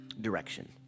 direction